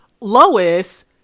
Lois